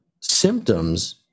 symptoms